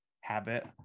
habit